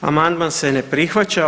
Amandman se ne prihvaća.